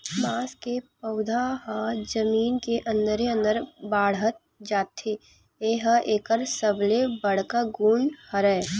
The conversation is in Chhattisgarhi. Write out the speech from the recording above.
बांस के पउधा ह जमीन के अंदरे अंदर बाड़हत जाथे ए ह एकर सबले बड़का गुन हरय